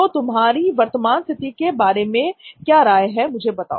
तो तुम्हारी वर्तमान स्थिति के बारे में क्या राय है मुझे बताओ